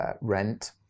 rent